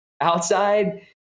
outside